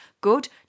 Good